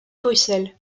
bruxelles